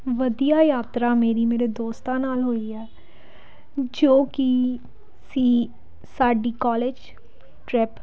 ਵਧੀਆ ਯਾਤਰਾ ਮੇਰੀ ਮੇਰੇ ਦੋਸਤਾਂ ਨਾਲ ਹੋਈ ਹੈ ਜੋ ਕਿ ਸੀ ਸਾਡੀ ਕੋਲਜ ਟਰਿੱਪ